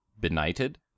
Benighted